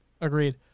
Agreed